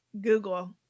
Google